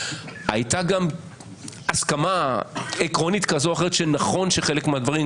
הייתה גם הסכמה עקרונית כזאת או אחרת שנכון בחלק מהדברים,